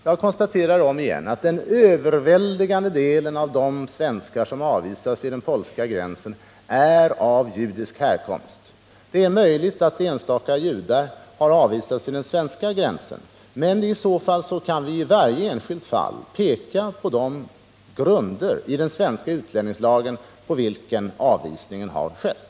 Jag konstaterar om igen att den överväldigande delen av de svenskar som avvisas vid den polska gränsen är av judisk härkomst. Det är möjligt att enstaka judar har avvisats vid den svenska gränsen, men i så fall kan vi i varje enskilt fall peka på de grunder i den svenska utlänningslagen enligt vilka avvisningen har skett.